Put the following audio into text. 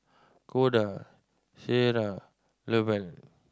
Koda Ciera Lovell